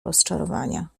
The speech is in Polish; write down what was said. rozczarowania